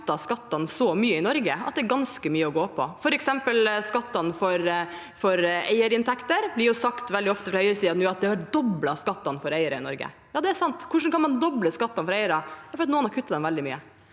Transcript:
skattene så mye i Norge at det er ganske mye å gå på. Det gjelder f.eks. skattene for eierinntekter. Det blir sagt veldig ofte fra høyresiden nå at man har doblet skattene for eiere i Norge. Ja, det er sant. Hvordan kan man doble skattene for eierne? Jo, det er fordi noen har kuttet dem veldig mye.